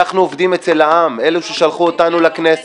אנחנו עובדים אצל העם, אלה ששלחו אותנו לכנסת.